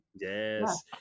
yes